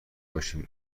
باشیم